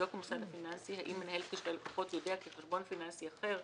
יבדוק המוסד הפיננסי האם מנהל קשרי לקוחות יודע כי חשבון פיננסי אחר,